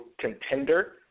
contender